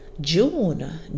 June